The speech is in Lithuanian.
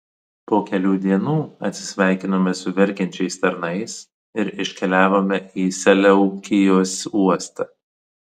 po kelių dienų atsisveikinome su verkiančiais tarnais ir iškeliavome į seleukijos uostą